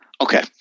Okay